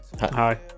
Hi